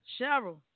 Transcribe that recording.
Cheryl